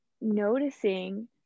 noticing